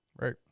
Right